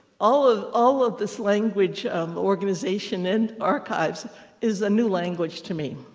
all of all of this language of organization and archives is a new language to me.